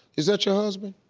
is that your husband?